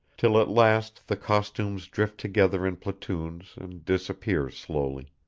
till at last the costumes drift together in platoons and disappear slowly